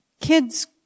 kids